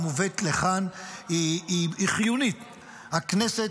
היו"ר משה סולומון: חברת הכנסת